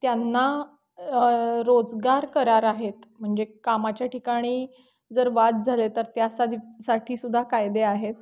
त्यांना रोजगार करार आहेत म्हणजे कामाच्या ठिकाणी जर वाद झाले तर त्यासाठी साठी सुद्धा कायदे आहेत